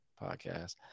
podcast